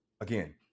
Again